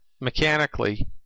mechanically